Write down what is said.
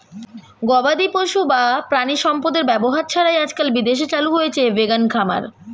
গবাদিপশু বা প্রাণিসম্পদের ব্যবহার ছাড়াই আজকাল বিদেশে চালু হয়েছে ভেগান খামার